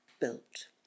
built